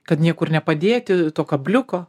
kad niekur nepadėti to kabliuko